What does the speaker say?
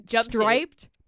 striped